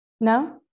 No